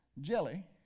jelly